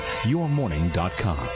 yourmorning.com